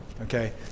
Okay